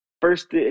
first